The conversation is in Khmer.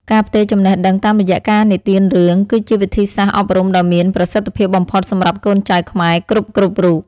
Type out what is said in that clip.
ការផ្ទេរចំណេះដឹងតាមរយៈការនិទានរឿង គឺជាវិធីសាស្ត្រអប់រំដ៏មានប្រសិទ្ធភាពបំផុតសម្រាប់កូនចៅខ្មែរគ្រប់ៗរូប។